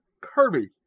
Kirby